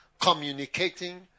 communicating